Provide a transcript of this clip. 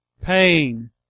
pain